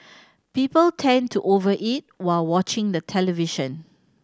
people tend to over eat while watching the television